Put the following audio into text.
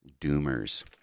Doomers